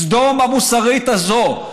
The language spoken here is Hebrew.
סדום המוסרית הזו,